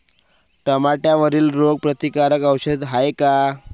टमाट्यावरील रोग प्रतीकारक औषध हाये का?